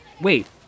Wait